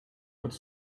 would